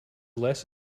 less